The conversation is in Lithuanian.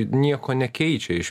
nieko nekeičia iš